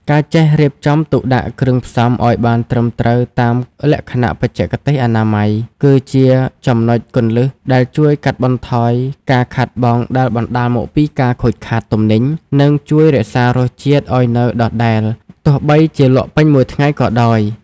ការចេះរៀបចំទុកដាក់គ្រឿងផ្សំឱ្យបានត្រឹមត្រូវតាមលក្ខណៈបច្ចេកទេសអនាម័យ គឺជាចំណុចគន្លឹះដែលជួយកាត់បន្ថយការខាតបង់ដែលបណ្ដាលមកពីការខូចខាតទំនិញ និងជួយរក្សារសជាតិឱ្យនៅដដែលទោះបីជាលក់ពេញមួយថ្ងៃក៏ដោយ។